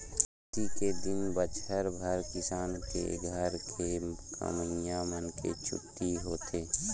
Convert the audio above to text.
अक्ती के दिन बछर भर किसान के घर के कमइया मन के छुट्टी होथे